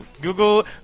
Google